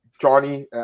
johnny